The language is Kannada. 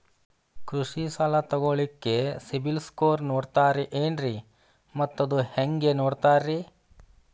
ಕೃಷಿ ಸಾಲ ತಗೋಳಿಕ್ಕೆ ಸಿಬಿಲ್ ಸ್ಕೋರ್ ನೋಡ್ತಾರೆ ಏನ್ರಿ ಮತ್ತ ಅದು ಹೆಂಗೆ ನೋಡ್ತಾರೇ?